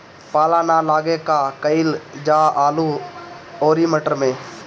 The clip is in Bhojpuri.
पाला न लागे का कयिल जा आलू औरी मटर मैं?